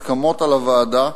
המוסכמות על הוועדה.